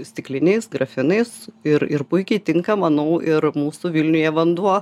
stikliniais grafinais ir ir puikiai tinka manau ir mūsų vilniuje vanduo